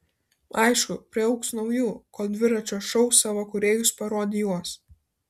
aišku priaugs naujų kol dviračio šou savo kūrėjus parodijuos